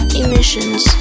emissions